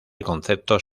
conceptos